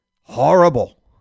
Horrible